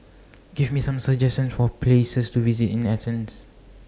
Give Me Some suggestions For Places to visit in Athens